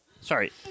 sorry